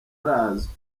arazwi